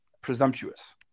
presumptuous